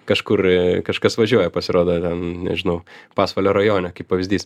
kažkur kažkas važiuoja pasirodo nežinau pasvalio rajone kaip pavyzdys